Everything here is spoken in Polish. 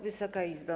Wysoka Izbo!